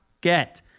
get